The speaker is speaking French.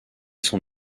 son